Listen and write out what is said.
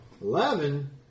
Eleven